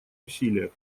усилиях